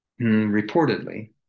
reportedly